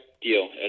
deal